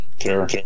Sure